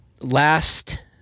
Last